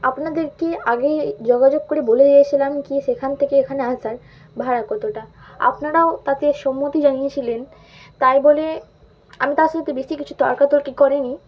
আপনাদেরকে আগে যোগাযোগ করে বলে দিয়েছিলাম কি সেখান থেকে এখানে আসার ভাড়া কতটা আপনারাও তাতে সম্মতি জানিয়েছিলেন তাই বলে আমি তার সাথে বেশি কিছু তর্কাতর্কি করিনি